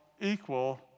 equal